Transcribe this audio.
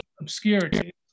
obscurity